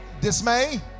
Dismay